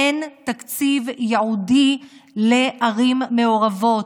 אין תקציב ייעודי לערים המעורבות,